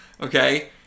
Okay